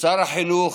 ושר החינוך